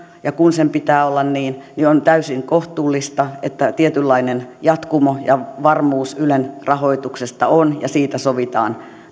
ja kun sen pitää olla niin niin on täysin kohtuullista että tietynlainen jatkumo ja varmuus ylen rahoituksesta on ja siitä sovitaan